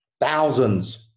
thousands